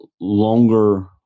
longer